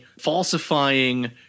falsifying